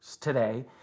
today